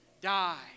die